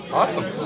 awesome